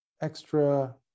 extra